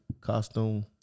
costume